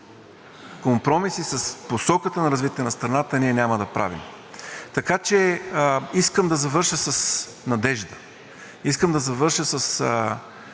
компромиси с посоката на развитие на страната ние няма да правим. Искам да завърша с надежда, искам да завърша с